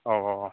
औ औ औ